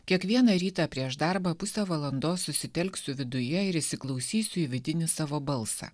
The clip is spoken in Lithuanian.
kiekvieną rytą prieš darbą pusę valandos susitelksiu viduje ir įsiklausysiu į vidinį savo balsą